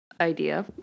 idea